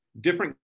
different